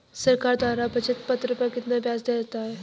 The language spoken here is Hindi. सरकार द्वारा बचत पत्र पर कितना ब्याज दिया जाता है?